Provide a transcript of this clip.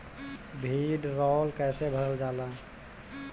भीडरौल कैसे भरल जाइ?